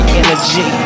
energy